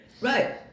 Right